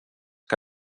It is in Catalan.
que